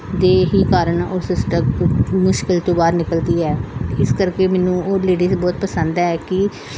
ਦੇ ਹੀ ਕਾਰਨ ਉਸ ਸਟਰਗਲ ਮੁਸ਼ਕਲ ਤੋਂ ਬਾਹਰ ਨਿਕਲਦੀ ਹੈ ਇਸ ਕਰਕੇ ਮੈਨੂੰ ਉਹ ਲੇਡੀਜ ਬਹੁਤ ਪਸੰਦ ਹੈ ਕਿ